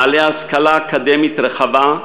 בעלי השכלה אקדמית רחבה,